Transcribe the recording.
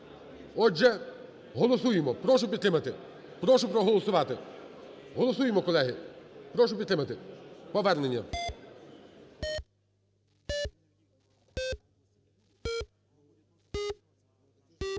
Отже, голосуємо. Прошу підтримати. Прошу проголосувати. Голосуємо, колеги. Прошу підтримати повернення.